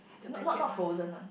not not frozen one